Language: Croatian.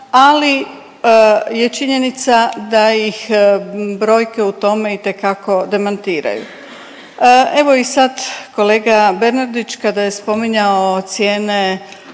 ali je činjenica da ih brojke u tome itekako demantiraju. Evo i sad kolega Bernardić kada je spominjao cijene